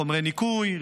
חומרי ניקוי,